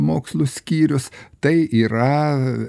mokslų skyrius tai yra